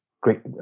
great